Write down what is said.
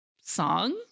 song